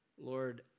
Lord